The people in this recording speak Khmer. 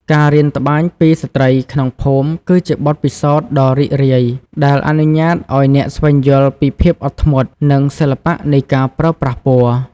ការរៀនត្បាញពីស្ត្រីក្នុងភូមិ គឺជាបទពិសោធន៍ដ៏រីករាយដែលអនុញ្ញាតឱ្យអ្នកស្វែងយល់ពីភាពអត់ធ្មត់ និងសិល្បៈនៃការប្រើប្រាស់ពណ៌។